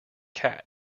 cat